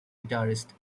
guitarist